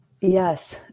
Yes